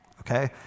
Okay